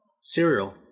Cereal